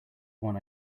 when